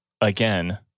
again